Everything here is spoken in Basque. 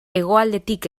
hegoaldetik